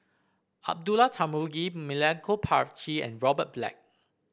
Abdullah Tarmugi Milenko Prvacki and Robert Black